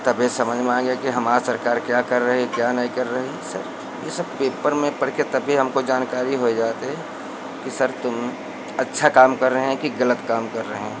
तभी समझ में आएगा कि हमार सरकार क्या कर रही है क्या नहीं कर रही सर यह सब पेपर में पढ़ कर तभी हमको जानकारी हो जाता है कि सर तुम अच्छा काम कर रहे हैं कि गलत काम कर रहे हैं